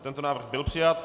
Tento návrh byl přijat.